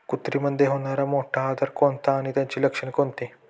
कुत्रीमध्ये होणारा मोठा आजार कोणता आणि त्याची लक्षणे कोणती?